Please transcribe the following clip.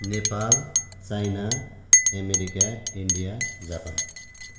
Nepal China America India Japan